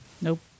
Nope